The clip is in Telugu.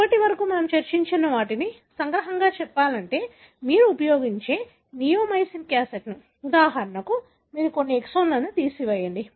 ఇప్పటివరకు మనము చర్చించిన వాటిని సంగ్రహంగా చెప్పాలంటే మీరు ఉపయోగించే నియోమైసిన్ క్యాసెట్ని ఉదాహరణకు మీరు కొన్ని ఎక్సోన్లను తీసివేయండి